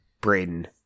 Braden